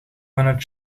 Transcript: vanuit